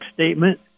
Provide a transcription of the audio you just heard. statement